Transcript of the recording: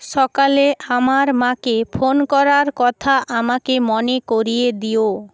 সকালে আমার মাকে ফোন করার কথা আমাকে মনে করিয়ে দিও